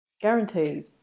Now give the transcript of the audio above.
guaranteed